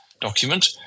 document